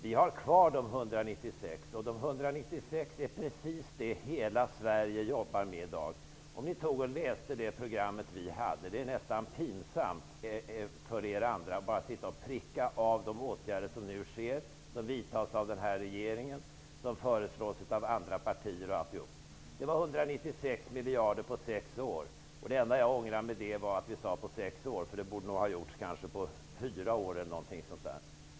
Vi har kvar vårt paket på 196 miljarder, och det tar upp precis det som hela Sverige håller på och jobbar med i dag. Om ni läser det program som vi hade där skall ni finna -- det är nästan pinsamt för er andra -- att ni där kan pricka av de åtgärder som nu vidtas av den här regeringen eller föreslås av andra partier. Det var fråga om att spara 196 miljarder på sex år. Det enda jag ångrar i det sammanhanget är att vi angav sex år -- det borde kanske ha gjorts på fyra år eller någonting sådant.